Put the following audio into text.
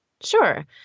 Sure